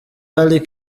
ali